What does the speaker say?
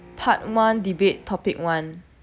part one debate topic one